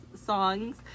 songs